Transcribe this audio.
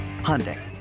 Hyundai